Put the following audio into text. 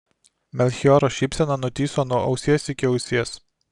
melchioro šypsena nutįso nuo ausies iki ausies